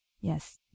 Yes